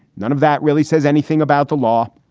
none of that really says anything about the law.